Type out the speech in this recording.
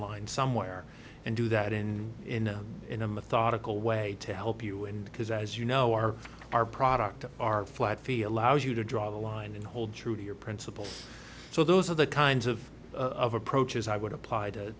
line somewhere and do that in in a in a methodical way to help you and because as you know our our product our flat fee allows you to draw the line and hold true to your principles so those are the kinds of of approaches i would apply to